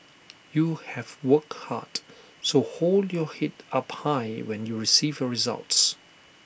you have work hard so hold your Head up high when you receive your results